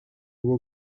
will